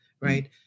Right